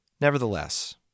Nevertheless